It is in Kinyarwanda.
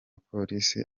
polisi